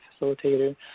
facilitator